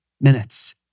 minutes